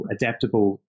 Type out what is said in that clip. adaptable